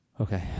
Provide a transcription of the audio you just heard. Okay